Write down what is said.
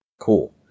cool